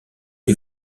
est